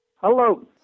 Hello